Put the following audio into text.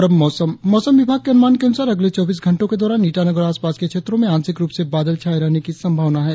और अब मौसम मौसम विभाग के अनुमान के अनुसार अगले चौबीस घंटो के दौरान ईटानगर और आसपास के क्षेत्रो में आंशिक रुप से बादल छाये रहने की संभावना है